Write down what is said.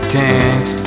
dance